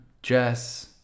Jess